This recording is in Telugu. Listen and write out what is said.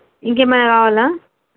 ఇంకేమైనా కావాల్లా